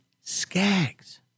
Skaggs